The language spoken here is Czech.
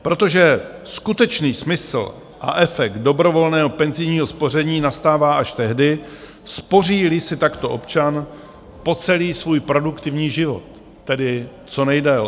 Protože skutečný smysl a efekt dobrovolného penzijního spoření nastává až tehdy, spoříli si takto občan po celý svůj produktivní život, tedy co nejdéle.